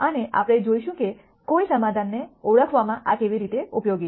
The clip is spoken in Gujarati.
એ આપણે જોશું કે કોઈ સમાધાનને ઓળખવામાં આ કેવી રીતે ઉપયોગી છે